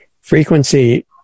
Frequency